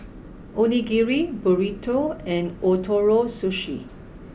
Onigiri Burrito and Ootoro Sushi